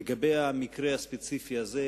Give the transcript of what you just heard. לגבי המקרה הספציפי הזה,